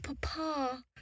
Papa